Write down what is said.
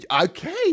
okay